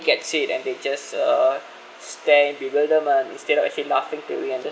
gets it and they just uh stare in bewilderment instead of actually laughing to it and there